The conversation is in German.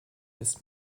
ist